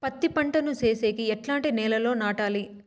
పత్తి పంట ను సేసేకి ఎట్లాంటి నేలలో నాటాలి?